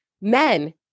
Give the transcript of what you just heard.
men